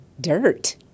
dirt